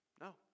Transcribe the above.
No